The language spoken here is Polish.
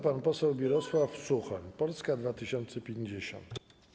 Pan poseł Mirosław Suchoń, Polska 2050.